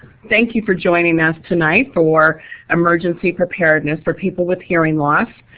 thank you for joining us tonight for emergency preparedness for people with hearing loss.